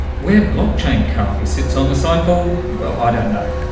where blockchain currently sits on the cycle, well, i don't know,